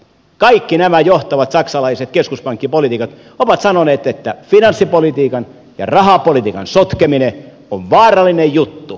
kaikki nämä johtavat saksalaiset keskuspankkipoliitikot ovat sanoneet että finanssipolitiikan ja rahapolitiikan sotkeminen on vaarallinen juttu